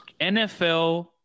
NFL